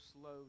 slow